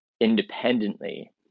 independently